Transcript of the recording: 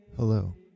Hello